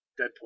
Deadpool